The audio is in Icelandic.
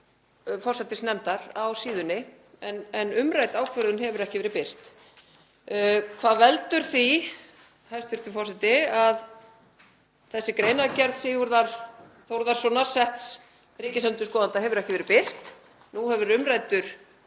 forsætisnefndar á síðunni, en umrædd ákvörðun hefur ekki verið birt. Hvað veldur því, hæstv. forseti, að þessi greinargerð Sigurðar Þórðarsonar, setts ríkisendurskoðanda, hefur ekki verið birt? Nú hefur umræddur